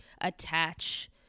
attach